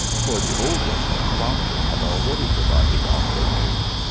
for the oldest, frankfurt had already provided opera days,